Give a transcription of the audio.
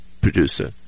producer